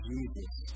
Jesus